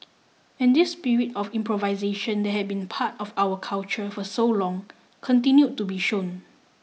and this spirit of improvisation that had been part of our culture for so long continued to be shown